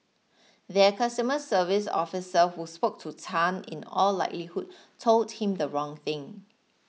their customer service officer who spoke to Tan in all likelihood told him the wrong thing